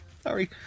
Sorry